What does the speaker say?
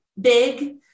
big